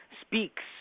speaks